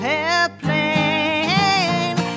airplane